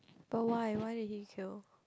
but why why did he kill